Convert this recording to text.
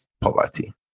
poverty